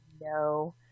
no